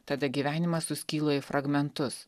tada gyvenimas suskyla į fragmentus